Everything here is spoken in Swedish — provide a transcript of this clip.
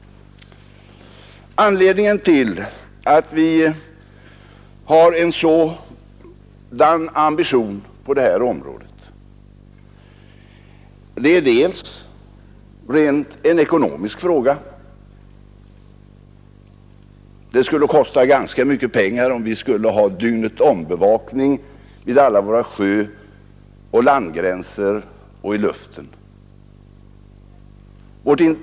Anledningen till att vi har en sådan ambition på detta område är bland annat ekonomisk — det skulle kosta ganska mycket pengar om vi skulle ha dygnet-om-bevakning vid alla våra sjöoch landgränser och i luften.